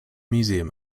museum